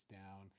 down